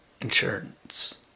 insurance